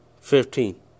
fifteen